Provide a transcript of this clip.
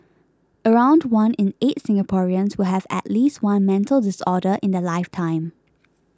around one in eight Singaporeans will have at least one mental disorder in their lifetime